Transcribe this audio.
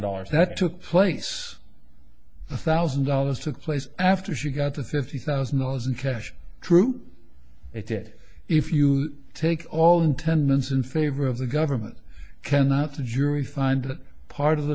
dollars that took place a thousand dollars took place after she got the fifty thousand dollars in cash troop it if you take all in ten minutes in favor of the government cannot the jury find that part of the